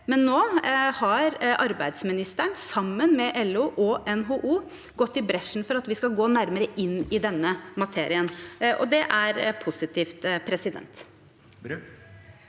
Nå har arbeidsministeren, sammen med LO og NHO, gått i bresjen for at vi skal gå nærmere inn i denne materien. Det er positivt. Tina